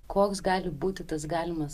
koks gali būti tas galimas